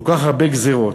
כל כך הרבה גזירות,